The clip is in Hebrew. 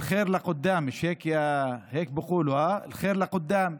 (אומר בערבית: ולהבא רק טוב,